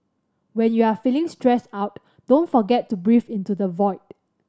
when you are feeling stressed out don't forget to breathe into the void